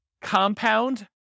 compound